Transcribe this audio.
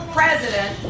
president